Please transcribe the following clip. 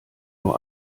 nur